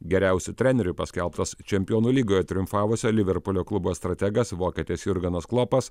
geriausiu treneriu paskelbtas čempionų lygoje triumfavusio liverpulio klubo strategas vokietis jurgenas klopas